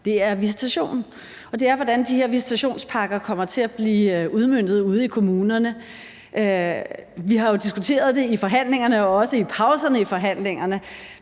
de her visitationspakker kommer til at blive udmøntet ude i kommunerne. Vi har jo diskuteret det i forhandlingerne og også i pauserne i forhandlingerne,